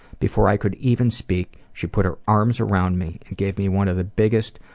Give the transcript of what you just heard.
before i could even speak, she put her arms around me and gave me one of the biggest,